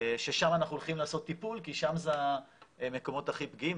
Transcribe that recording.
ששם אנחנו הולכים לעשות טיפול כי שם זה המקומות הכי פגיעים.